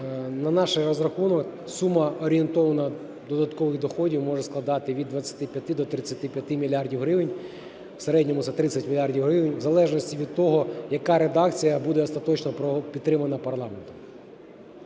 на наш розрахунок сума орієнтовна додаткових доходів може складати від 25 до 35 мільярдів гривень, в середньому за 30 мільярдів, в залежності від того, яка редакція буде остаточно підтримана парламентом.